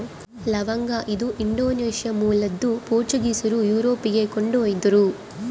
ಲವಂಗ ಇದು ಇಂಡೋನೇಷ್ಯಾ ಮೂಲದ್ದು ಪೋರ್ಚುಗೀಸರು ಯುರೋಪಿಗೆ ಕೊಂಡೊಯ್ದರು